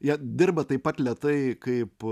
jie dirba taip pat lėtai kaip